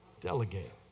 delegate